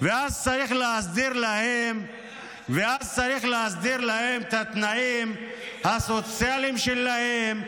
ואז צריך להסדיר להם את התנאים הסוציאליים שלהם.